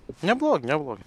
neblogi neblogi